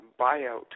buyout